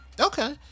Okay